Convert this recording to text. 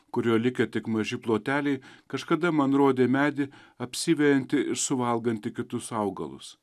kurio likę tik maži ploteliai kažkada man rodė medį apsivejantį ir suvalgantį kitus augalus